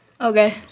okay